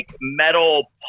metal